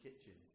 kitchen